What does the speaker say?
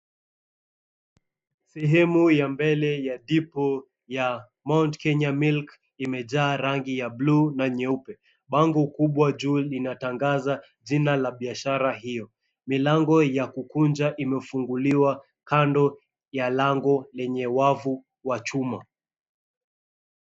Sehemu ya mbele ya depot ya Mount Kenya Milk, imejaa rangi ya bluu na nyeupe. Bango kubwa juu linatangaza jina la biashara hiyo. Milango ya kukunja imefunguliwa kando ya lango lenye wavu wa chuma.